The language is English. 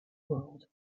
world